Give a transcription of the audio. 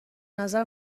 نظر